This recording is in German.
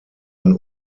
ein